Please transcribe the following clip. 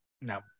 No